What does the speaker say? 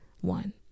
One